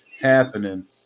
happening